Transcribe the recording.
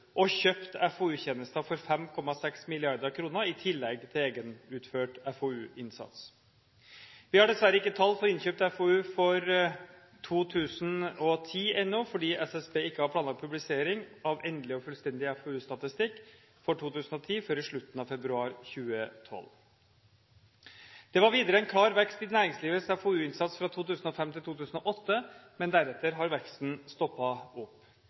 og kjøpte FoU-tjenester for 5,6 mrd. kr i tillegg til egenutført FoU-innsats. Vi har dessverre ikke tall for innkjøpt FoU for 2010 ennå fordi SSB ikke har planlagt publisering av endelig og fullstendig FoU-statistikk for 2010 før i slutten av februar 2012. Det var videre en klar vekst i næringslivets FoU-innsats fra 2005 til 2008, men deretter har veksten stoppet opp.